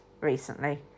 recently